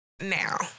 now